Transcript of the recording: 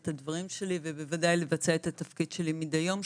הדברים שלי ובוודאי לבצע את התפקיד שלי מדי יום.